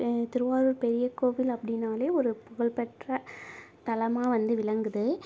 திருவாரூர் பெரிய கோவில் அப்படினாலே ஒரு புகழ்பெற்ற தலமாக வந்து விளங்குது